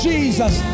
Jesus